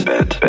Bed